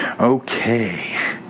Okay